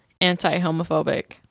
anti-homophobic